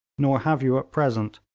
nor have you at present,